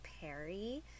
Perry